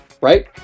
right